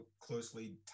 closely